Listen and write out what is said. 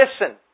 listen